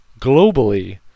globally